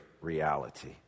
reality